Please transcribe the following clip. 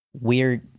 weird